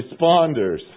responders